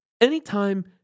anytime